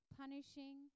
punishing